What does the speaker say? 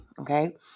okay